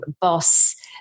boss